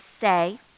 say